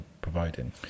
providing